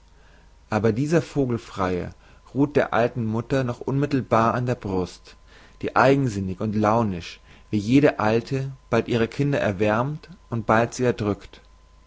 aber dieser vogelfreie ruht der alten mutter noch unmittelbar an der brust die eigensinnig und launisch wie jede alte bald ihre kinder erwärmt und bald sie erdrückt